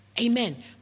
Amen